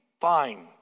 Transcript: fine